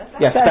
Yes